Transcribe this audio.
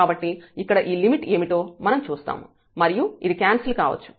కాబట్టి ఇక్కడ ఈ లిమిట్ ఏమిటో మనం చూస్తాము మరియు ఇది క్యాన్సిల్ కావచ్చు